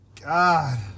God